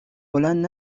بلند